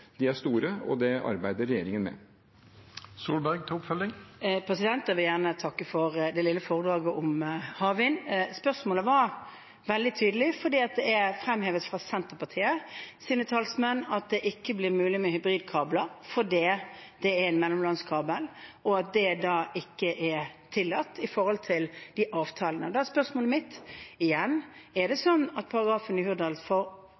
er store, og det arbeider regjeringen med. Da vil jeg gjerne takke for det lille foredraget om havvind. Spørsmålet var veldig tydelig, for det er fremhevet fra Senterpartiets talsmenn at det ikke blir mulig med hybridkabler fordi det er en mellomlandskabel, og at det ikke er tillatt med tanke på avtalene. Da er spørsmålet mitt igjen: Er det sånn at punktet i